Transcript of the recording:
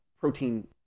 protein